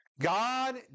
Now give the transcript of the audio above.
God